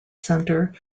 centre